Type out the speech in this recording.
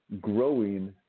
growing